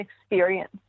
experience